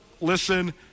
listen